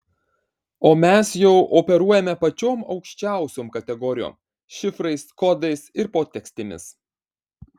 o mes jau operuojame pačiom aukščiausiom kategorijom šifrais kodais ir potekstėmis